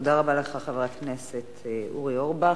תודה רבה לך, חבר הכנסת אורי אורבך.